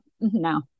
no